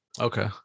Okay